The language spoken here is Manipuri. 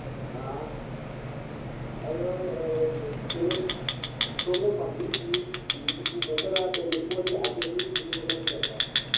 ꯑꯥ ꯑꯗꯣ ꯀꯩꯅꯣ ꯁꯣꯝꯅ ꯄꯥꯝꯕꯤꯔꯤꯁꯤ ꯎꯄꯨ ꯈꯛꯇꯔꯥ ꯀꯩꯅꯣ ꯄꯣꯠꯁꯦ ꯑꯥꯏꯇꯦꯝ ꯂꯣꯏꯅ ꯁꯨꯅꯕ ꯂꯧꯒꯗꯕꯔꯥ